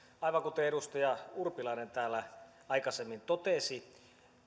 aivan kuten edustaja urpilainen täällä aikaisemmin totesi